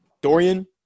Dorian